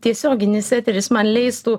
tiesioginis eteris man leistų